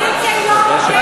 האופוזיציה היא לא הומוגנית,